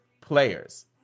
players